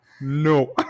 no